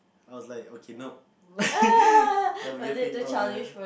I was like okay nope I'm getting out of there